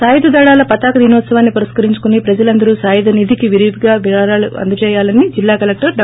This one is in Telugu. సాయుధ దళాల పతాక దినోత్సవాన్ని పురస్కరించుకొని ప్రజలందరూ సాయుధ నిధికి విరివిగా పెద్ద ఎత్తున విరాళాలు అందజేయాలని జిల్లా కలెక్టర్ డా